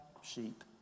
sheep